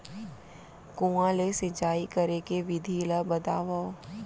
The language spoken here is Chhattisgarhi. कुआं ले सिंचाई करे के विधि ला बतावव?